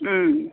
उम